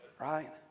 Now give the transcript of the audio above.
Right